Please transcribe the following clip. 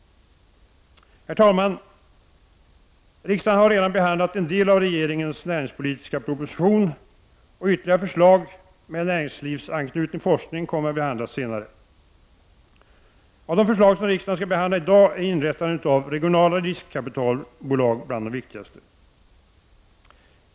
Herr talman! Riksdagen har redan behandlat en del av regeringens näringspolitiska proposition, och ytterligare förslag med näringslivsanknuten forskning kommer att behandlas senare. Av de förslag som riksdagen skall behandla i dag är inrättandet av regionala riskkapitalbolag bland de viktigaste.